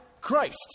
Christ